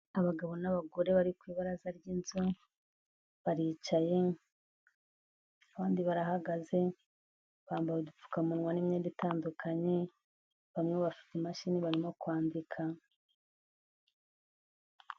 Abagabo n'abagore bari ku ibaraza ry'inzu, baricaye, abandi barahagaze, bambaye udupfukamunwa n'imyenda itandukanye, bamwe bafite imashini barimo kwambika.